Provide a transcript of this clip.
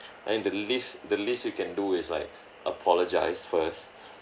and the least the least you can do is like apologise first